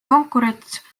konkurents